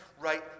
right